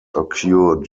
occurred